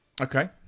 Okay